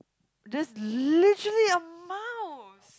there's literally a mouse